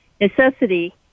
necessity